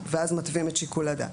ואז מתווים את שיקול הדעת.